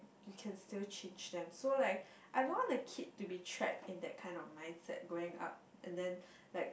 we can still change them so like I don't want a kid to be trapped in that kind of mindset growing up and then like